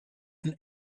and